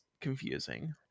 confusing